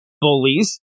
bullies